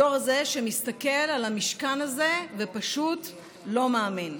הדור הזה, שמסתכל על המשכן הזה ופשוט לא מאמין,